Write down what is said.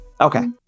Okay